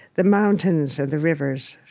the mountains and the rivers.